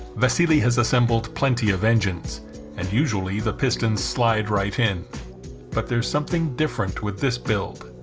vasily has assembled plenty of engines and usually the pistons slide right in but there's something different with this build